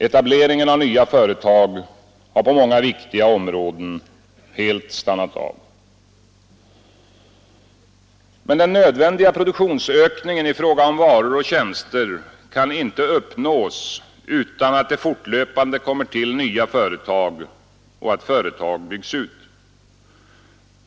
Etableringen av nya företag har på många viktiga områden helt stannat av. Men den nödvändiga produktionsökningen i fråga om varor och tjänster kan inte uppnås utan att det fortlöpande kommer till nya företag och att företag byggs ut.